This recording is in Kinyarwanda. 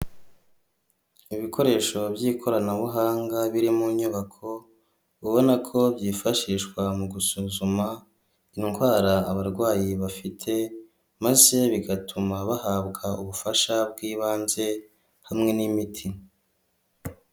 Ibikoresho by'ikoranabuhanga biri mu nyubako, ubona ko byifashishwa mu gusuzuma indwara abarwayi bafite, maze bigatuma bahabwa ubufasha bw'ibanze hamwe n'imiti.